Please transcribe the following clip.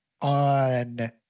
on